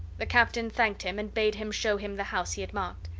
the captain thanked him, and bade him show him the house he had marked.